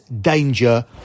danger